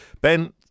Ben